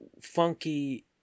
funky